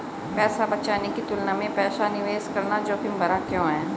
पैसा बचाने की तुलना में पैसा निवेश करना जोखिम भरा क्यों है?